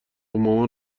مامان